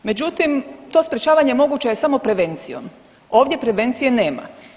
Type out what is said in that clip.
Međutim, to sprječavanje moguće je samo prevencijom, ovdje prevencije nema.